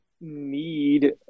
need